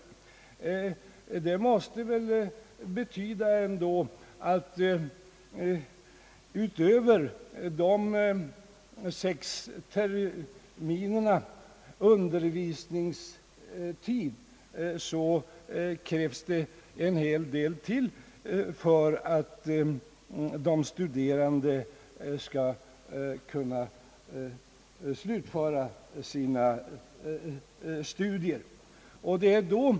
Det måste väl betyda att det utöver de sex terminerna undervisningstid krävs en hel del för att de studerande skall kunna slutföra sina studier.